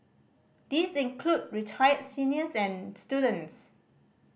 these include retired seniors and students